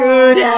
Good